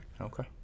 Okay